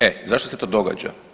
E zašto se to događa?